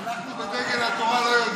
אנחנו בדגל התורה לא יודעים.